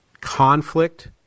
conflict